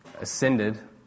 ascended